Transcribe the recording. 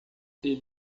ele